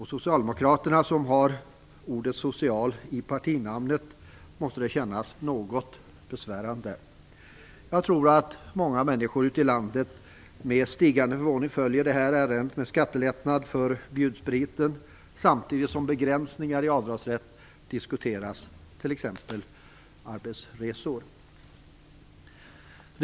För Socialdemokaterna, som har ordet social i partinamnet, måste det kännas något besvärande. Jag tror att många människor ute i landet med stigande förvåning följer det här ärendet om skattelättnad för bjudspriten, samtidigt som begränsningar i avdragsrätt diskuteras för t.ex. arbetsresor.